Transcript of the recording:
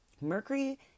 Mercury